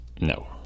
No